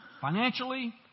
financially